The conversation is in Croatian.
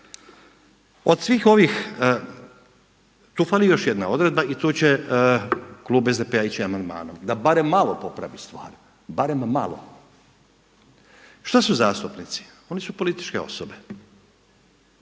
Od svih ovih, tu fali još jedna odredba i tu će klub SDP-a ići amandmanom da bar malo popravi stvar, barem malo. Što su zastupnici? Oni su političke osobe,